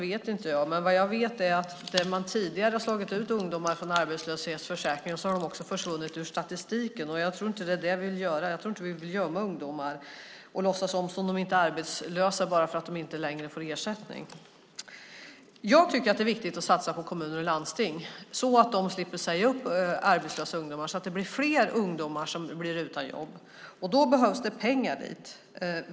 Vad jag vet är att när man tidigare har slagit ut ungdomar från arbetslöshetsförsäkringen har de också försvunnit från statistiken. Jag tror inte riktigt att det är vad vi vill göra. Jag tror inte att vi vill gömma ungdomar och låtsas som att de inte är arbetslösa bara för att de inte får ersättning. Jag tycker att det är viktigt att satsa på kommuner och landsting så att de slipper säga upp arbetslösa ungdomar så att det blir fler ungdomar som står utan jobb. Då behövs det pengar dit.